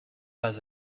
pas